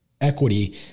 equity